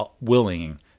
willing